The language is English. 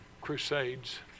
crusades